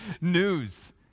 news